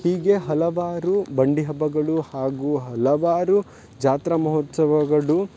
ಹೀಗೆ ಹಲವಾರು ಬಂಡಿ ಹಬ್ಬಗಳು ಹಾಗೂ ಹಲವಾರು ಜಾತ್ರಾ ಮಹೋತ್ಸವಗಳು